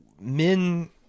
Men